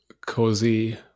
cozy